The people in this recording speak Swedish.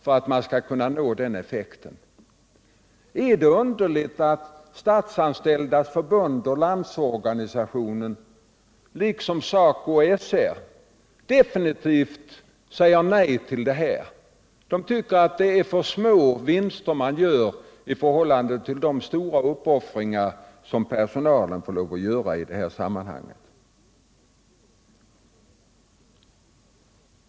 Är det underligt att Statsanställdas förbund och LO liksom SACO/SR definitivt säger nej till detta? De tycker att de vinster som görs är för små i förhållande till de stora uppoffringar som personalen får göra.